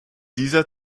dieser